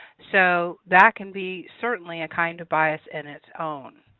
so that can be certainly a kind of bias in its own.